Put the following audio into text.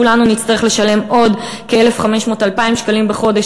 כולנו נצטרך לשלם עוד 1,500 2,000 שקלים בחודש